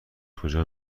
کجا